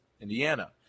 Indiana